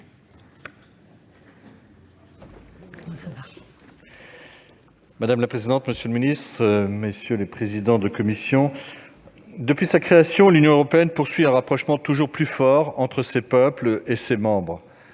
Madame la présidente, monsieur le secrétaire d'État, mes chers collègues, depuis sa création, l'Union européenne poursuit un rapprochement toujours plus fort entre ses peuples et ses membres.